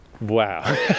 wow